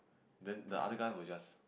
then the other guy who will just